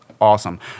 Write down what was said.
awesome